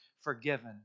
forgiven